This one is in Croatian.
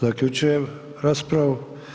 Zaključujem raspravu.